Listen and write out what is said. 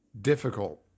difficult